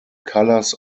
colours